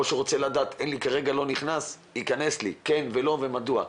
או שרוצה לדעת למה לא נכנס ואם כן או לא ומדוע.